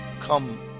Come